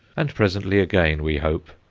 and presently again, we hope,